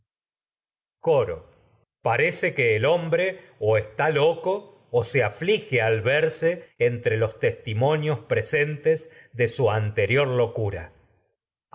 parece que ay de mí el hombre o está loco o se aflige verse entre los testimonios presentes de su anterior locura